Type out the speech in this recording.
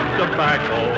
tobacco